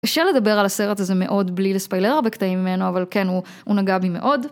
קשה לדבר על הסרט הזה מאוד בלי לספיילר הרבה קטעים ממנו, אבל כן, הוא נגע בי מאוד.